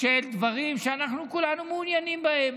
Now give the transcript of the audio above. של דברים שאנחנו כולנו מעוניינים בהם.